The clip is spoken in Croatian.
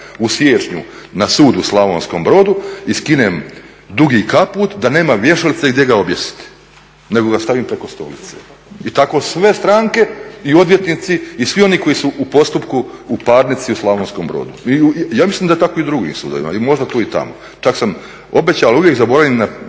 u siječnju na sud u Slavonskom Brodu i skinem dugi kaput da nema vješalice gdje ga objesiti, nego ga stavim preko stolice. I tako sve stranke, i odvjetnici i svi oni koji su u postupku u parnici u Slavonskom Brodu. Ja mislim da tako i u drugim sudovima, i možda tu i tamo. Čak sam obećao, ali uvijek zaboravim